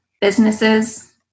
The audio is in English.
businesses